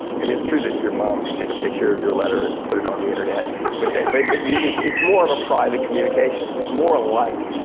i mean it's true that your mom can take a picture of your letter and put it on the internet but but but it's it's more of a private communication. it's more like,